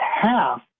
half